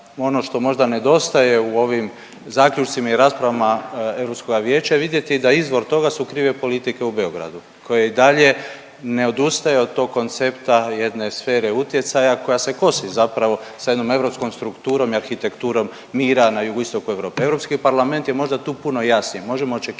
ono što možda nedostaje u ovim zaključcima i raspravama Europskoga vijeća je vidjeti da izvor toga su krive politike u Beogradu koji i dalje ne odustaje od tog koncepta jedne sfere utjecaja koja se kosi zapravo sa jednom europskom strukturom i arhitekturom mira na jugoistoku Europe. Europski parlament je možda tu puno jasniji. Možemo očekivati